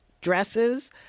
dresses